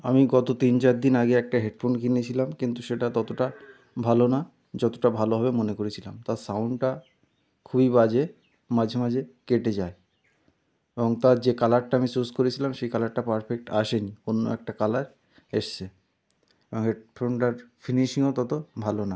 আমি গত তিন চার দিন আগে একটা হেডফোন কিনেছিলাম কিন্তু সেটা ততটা ভালো না যতোটা ভালো হবে মনে করেছিলাম তার সাউন্ডটা খুবই বাজে মাঝে মাঝে কেটে যায় এবং তার যে কালারটা আমি চুজ করেছিলাম সেই কালারটা পারফেক্ট আসে নি অন্য একটা কালার এসেছে আর হেডফোনটার ফিনিসিংও তত ভালো না